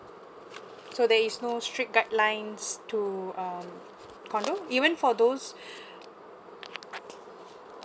so there is no strict guidelines to um condo even for those